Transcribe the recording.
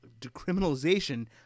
decriminalization